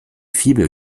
fibel